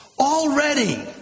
Already